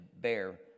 bear